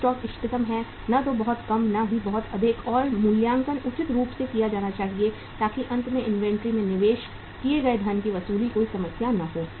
जो स्टॉक इष्टतम हैं न तो बहुत कम और न ही बहुत अधिक और मूल्यांकन उचित रूप से किया जाना चाहिए ताकि अंत में इन्वेंट्री में निवेश किए गए धन की वसूली कोई समस्या न हो